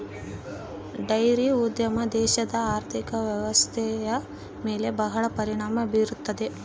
dairy ಉದ್ಯಮ ದೇಶದ ಆರ್ಥಿಕ ವ್ವ್ಯವಸ್ಥೆಯ ಮೇಲೆ ಬಹಳ ಪರಿಣಾಮ ಬೀರುತ್ತದೆ